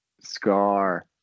Scar